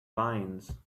lions